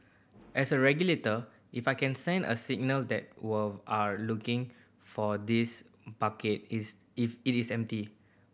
as a regulator if I can send a signal that we've are looking for this bucket is if it is empty